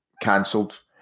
cancelled